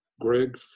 Greg